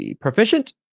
proficient